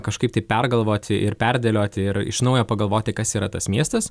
kažkaip tai pergalvoti ir perdėlioti ir iš naujo pagalvoti kas yra tas miestas